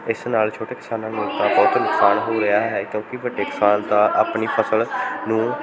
ਇਸ ਨਾਲ ਛੋਟੇ ਕਿਸਾਨਾਂ ਨੂੰ ਤਾਂ ਬਹੁਤ ਨੁਕਸਾਨ ਹੋ ਰਿਹਾ ਹੈ ਕਿਉਂਕਿ ਵੱਡੇ ਕਿਸਾਨ ਤਾਂ ਆਪਣੀ ਫਸਲ ਨੂੰ